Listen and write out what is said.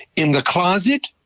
in the closet,